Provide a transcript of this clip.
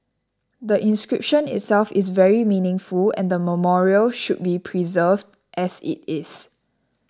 the inscription itself is very meaningful and the memorial should be preserved as it is